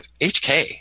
HK